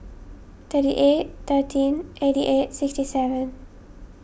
thirty eight thirteen eighty eight sixty seven